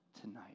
tonight